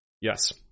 Yes